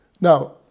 Now